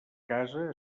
casa